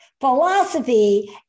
philosophy